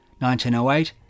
1908